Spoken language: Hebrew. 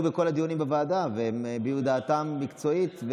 בכל דיוני הוועדה והם הביעו את דעתם המקצועית.